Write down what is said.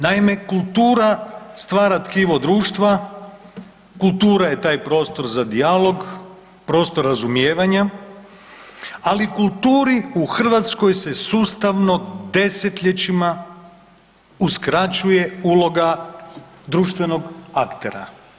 Naime, kultura stvara tkivo društva, kultura je taj prostor za dijalog, prostor razumijevanja, ali kulturi u Hrvatskoj se sustavno desetljećima uskraćuje uloga društvenog aktera.